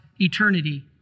eternity